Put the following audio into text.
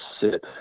sit